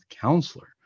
counselor